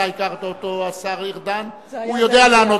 וליברמן לא פה,